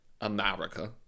America